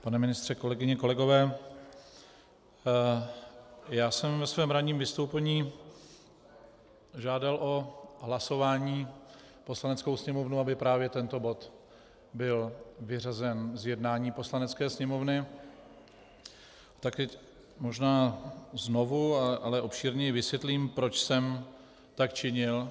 Pane ministře, kolegyně, kolegové, já jsem ve svém ranním vystoupení žádal Poslaneckou sněmovnu o hlasování, aby právě tento bod byl vyřazen z jednání Poslanecké sněmovny, tak teď možná znovu, ale obšírněji, vysvětlím, proč jsem tak činil.